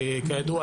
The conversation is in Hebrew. כידוע,